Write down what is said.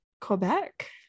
Quebec